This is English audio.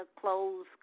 clothes